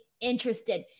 interested